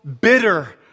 bitter